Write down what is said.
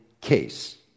case